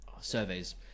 surveys